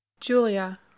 julia